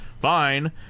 Fine